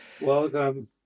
Welcome